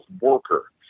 worker